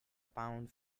pound